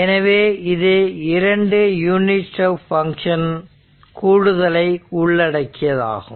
எனவே இது 2 unit step function கூடுதலை உள்ளடக்கியதாகும்